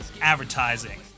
advertising